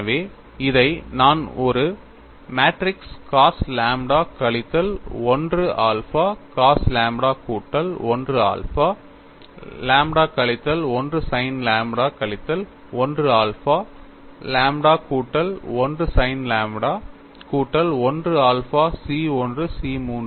எனவே இதை நான் ஒரு மேட்ரிக்ஸ் cos லாம்ப்டா கழித்தல் 1 ஆல்பா cos லாம்ப்டா கூட்டல் 1 ஆல்பா லாம்ப்டா கழித்தல் 1 sin லாம்ப்டா கழித்தல் 1 ஆல்பா லாம்ப்டா கூட்டல் 1 sin லாம்ப்டா கூட்டல் 1 ஆல்பா C 1 C 3